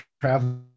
travel